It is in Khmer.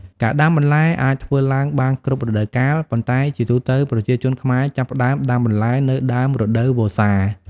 ការដាំបន្លែអាចធ្វើឡើងបានគ្រប់រដូវកាល ប៉ុន្តែជាទូទៅ ប្រជាជនខ្មែរចាប់ផ្ដើមដាំបន្លែនៅ ដើមរដូវវស្សា។